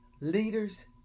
Leaders